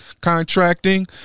Contracting